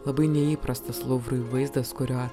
labai neįprastas luvrui vaizdas kurio